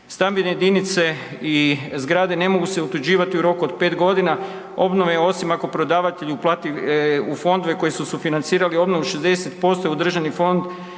Stambene jedinice i zgrade ne mogu se otuđivati u roku od 5. g. obnove osim ako prodavatelj uplati u fondove koji su sufinancirali obnovu 60% u državni fond